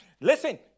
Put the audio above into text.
Listen